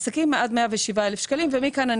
עסקים עד 107,000. מכאן,